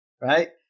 Right